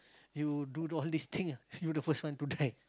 you do all this thing ah you the first one to die